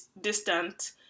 distant